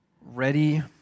ready